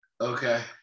Okay